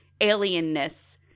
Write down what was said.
alienness